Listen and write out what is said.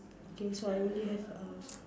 okay so I only have uh